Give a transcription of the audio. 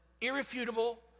irrefutable